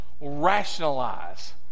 rationalize